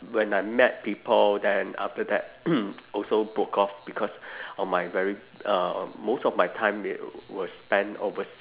when I met people then after that also broke off because of my very uh most of my time was spent overs~